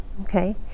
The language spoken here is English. okay